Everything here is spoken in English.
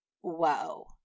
Whoa